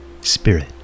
spirit